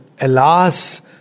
Alas